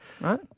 Right